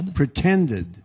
pretended